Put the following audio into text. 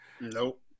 Nope